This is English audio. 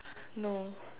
no